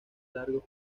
largos